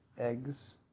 eggs